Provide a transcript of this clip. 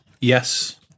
Yes